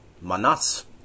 Manas